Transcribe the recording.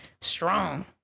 strong